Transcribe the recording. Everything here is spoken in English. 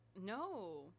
no